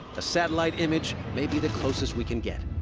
a satellite image may be the closest we can get.